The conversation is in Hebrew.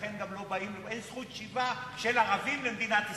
לכן גם אין זכות שיבה של ערבים למדינת ישראל.